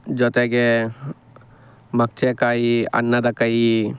ಜೊತೆಗೆ ಮೊಗಚುಕೈ ಅನ್ನದ ಕೈ